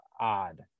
odd